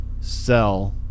sell